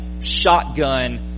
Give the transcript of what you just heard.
shotgun